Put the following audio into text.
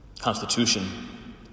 Constitution